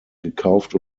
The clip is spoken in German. gekauft